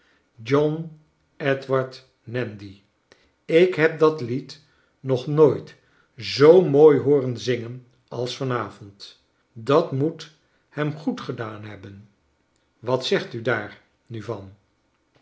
johned ward nandy ik heb dat lied nog nooit zoo mooi hooren zingen als van avond dat moet hem goedgedaan hebben wat zegt u daar nu van